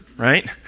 right